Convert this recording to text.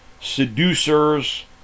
seducers